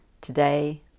Today